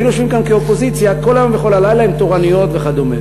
והיינו יושבים כאן כאופוזיציה כל היום וכל הלילה עם תורנויות וכדומה.